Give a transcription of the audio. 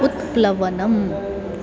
उत्प्लवनम्